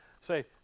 say